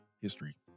history